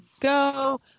go